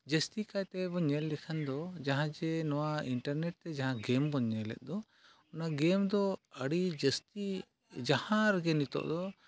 ᱡᱟᱹᱥᱛᱤ ᱠᱟᱭᱛᱮᱵᱚᱱ ᱧᱮᱞ ᱞᱮᱠᱷᱟᱱ ᱫᱚ ᱡᱟᱦᱟᱸ ᱡᱮ ᱱᱚᱣᱟ ᱤᱱᱴᱟᱨᱱᱮᱴᱛᱮ ᱡᱟᱦᱟᱸ ᱜᱮᱢ ᱵᱚᱱ ᱧᱮᱞᱮᱫ ᱫᱚ ᱚᱱᱟ ᱜᱮᱢ ᱫᱚ ᱟᱹᱰᱤ ᱡᱟᱹᱥᱛᱤ ᱡᱟᱦᱟᱸ ᱨᱮᱜᱮ ᱱᱤᱛᱳᱜ ᱫᱚ